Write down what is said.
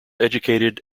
educated